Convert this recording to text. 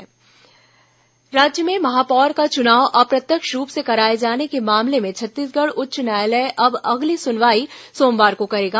high court सुनवाई राज्य में महापौर का चुनाव अप्रत्यक्ष रूप से कराए जाने के मामले में छत्तीसगढ़ उच्च न्यायालय अब अगली सुनवाई सोमवार को करेगा